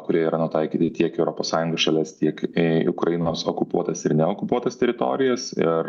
kurie yra nutaikyti tiek į europos sąjungos šalis tiek į ukrainos okupuotas ir ne okupuotas teritorijas ir